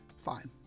fine